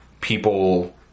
people